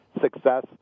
success